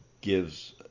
gives